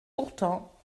pourtant